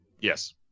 Yes